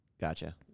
Gotcha